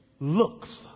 looks